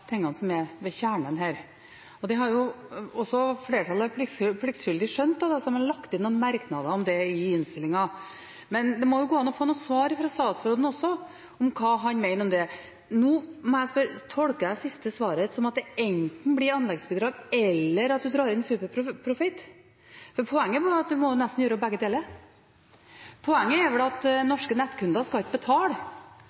tingene som rører ved kjernen her, og det har også flertallet, som har lagt inn merknader om det i innstillingen, pliktskyldig skjønt. Men det må jo gå an å få noen svar fra statsråden om hva han mener om det. Kan jeg tolke det siste svaret som at enten blir det anleggsbidrag, eller så drar en inn superprofitt? Poenget må være at en må gjøre begge deler. Poenget er vel at